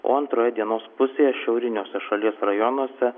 o antroje dienos pusėje šiauriniuose šalies rajonuose